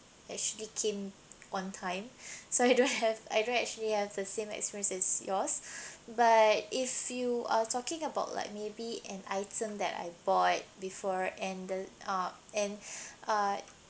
actually came on time so I don't have I don't actually have the same experience as yours but if you are talking about like maybe an item that I bought before and the uh and uh